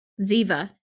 Ziva